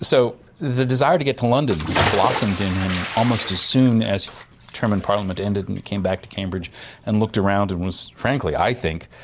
so the desire to get to london blossomed in him almost as soon as his term in parliament ended and he came back to cambridge and looked around and was, frankly i think,